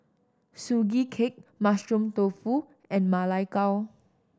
Sugee Cake Mushroom Tofu and Ma Lai Gao